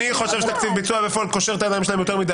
למה אתם מונעים את